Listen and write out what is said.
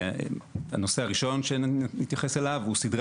הנושא הראשון שנתייחס אליו הוא סדרי